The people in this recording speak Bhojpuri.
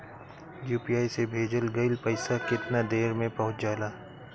यू.पी.आई से भेजल गईल पईसा कितना देर में पहुंच जाला?